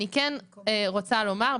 אני כן רוצה לומר,